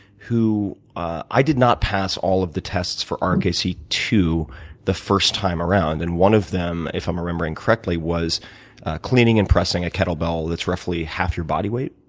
who i did not pass all of the tests for r k c two the first time around. and one of them, if i'm remembering correctly, was cleaning and pressing a kettle bell that's roughly half your body weight.